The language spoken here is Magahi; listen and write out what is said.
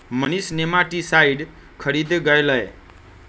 मनीष नेमाटीसाइड खरीदे गय लय